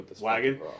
wagon